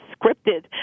scripted